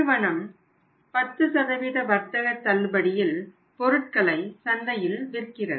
நிறுவனம் 10 வர்த்தக தள்ளுபடியில் பொருட்களை சந்தையில் விற்கிறது